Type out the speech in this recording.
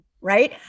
right